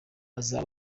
abaza